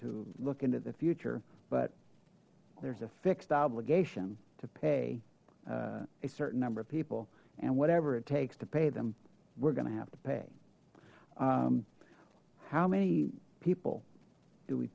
to look into the future but there's a fixed obligation to pay a certain number of people and whatever it takes to pay them we're going to have to pay how many people do we